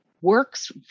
works